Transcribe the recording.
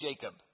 Jacob